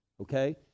okay